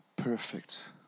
Perfect